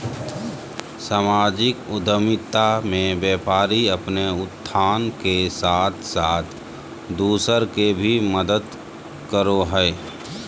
सामाजिक उद्द्मिता मे व्यापारी अपने उत्थान के साथ साथ दूसर के भी मदद करो हय